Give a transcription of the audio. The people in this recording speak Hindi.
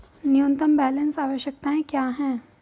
न्यूनतम बैलेंस आवश्यकताएं क्या हैं?